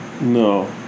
No